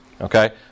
Okay